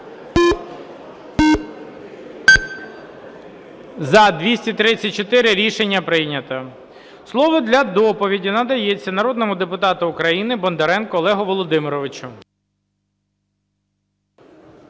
За-234 Рішення прийнято. Слово для доповіді надається народному депутату України Бондаренку Олегу Володимировичу.